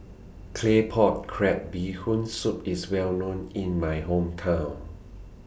Claypot Crab Bee Hoon Soup IS Well known in My Hometown